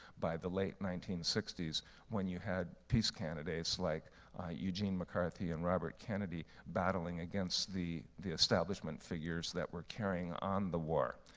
by the late nineteen sixty s when you had peace candidates like eugene mccarthy and robert kennedy battling against the the establishment figures that were carrying on the war.